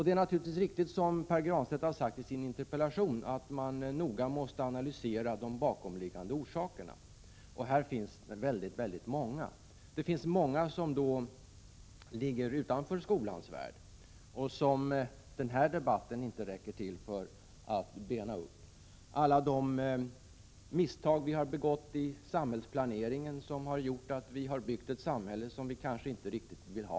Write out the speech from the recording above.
Det är naturligtvis riktigt, som Pär Granstedt har sagt i sin interpellation, att vi nog måste analysera de bakomliggande orsakerna, och sådana finns det väldigt många. Många orsaker ligger utanför skolans värld, och den här debatten räcker inte till för att bena upp dem. Det gäller alla de misstag som vi har begått i samhällsplaneringen och som gjort att vi byggt ett samhälle som vi kanske inte riktigt vill ha.